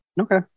Okay